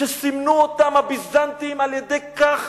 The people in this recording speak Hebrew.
שסימנו אותם הביזנטים על-ידי כך